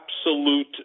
absolute